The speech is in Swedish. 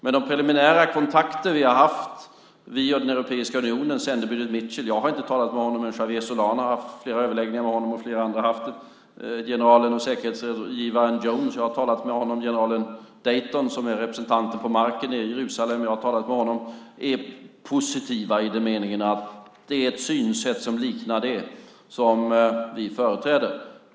Vi och Europeiska unionen har haft preliminära kontakter, bland andra med sändebudet Mitchell - jag har inte talat med honom, men Javier Solana och andra har haft flera överläggningar med honom - generalen och säkerhetsrådgivaren Jones, som jag har talat med, och med generalen Dayton, som är representant på marken i Jerusalem, som jag också har pratat med. De är positiva i den meningen att de har ett synsätt som liknar det som vi företräder.